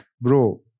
Bro